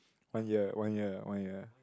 one year one year one year